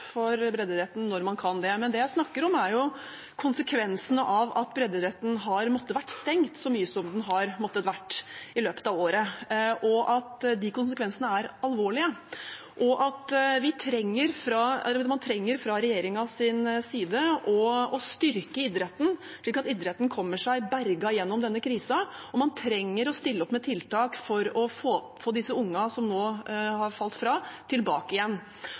for breddeidretten når man kan det. Det jeg snakker om, er konsekvensene av at breddeidretten har måttet være stengt så mye som den har måttet være i løpet av året, at de konsekvensene er alvorlige, og at vi trenger, fra regjeringens side, å styrke idretten, slik at idretten kommer seg berget gjennom denne krisen, og at man trenger å stille opp med tiltak for å få disse ungene som nå har falt fra, tilbake igjen.